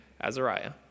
Azariah